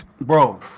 bro